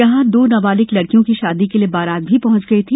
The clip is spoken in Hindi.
यहां दो नाबालिक लड़कियों की शादी के लिए बारात भी पहुंच गई थी